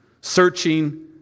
searching